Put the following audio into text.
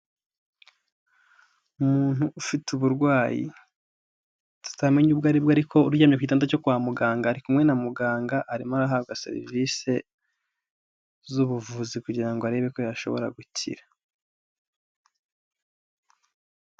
Umuntu ufite uburwayi tutamenya ubwo ari bwo ariko uryamye ku igitanda cyo kwa muganga, ari kumwe na muganga, arimo arahabwa serivisi z'ubuvuzi kugira ngo arebe ko yashobora gukira.